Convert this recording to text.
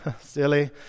silly